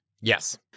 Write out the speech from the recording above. Yes